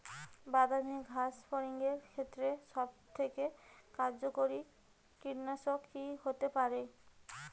বাদামী গাছফড়িঙের ক্ষেত্রে সবথেকে কার্যকরী কীটনাশক কি হতে পারে?